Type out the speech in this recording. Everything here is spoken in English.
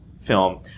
film